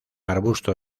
arbusto